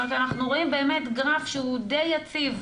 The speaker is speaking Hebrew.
זאת אומרת אנחנו רואים גרף שהוא די יציב.